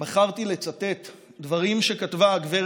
בחרתי לצטט דברים שכתבה הגב'